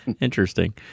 interesting